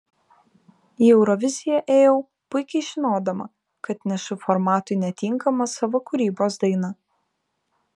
į euroviziją ėjau puikiai žinodama kad nešu formatui netinkamą savo kūrybos dainą